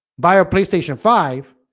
buy a playstation five